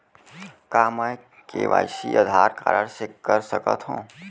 का मैं KYC Aadhaar card से कर सकत हो?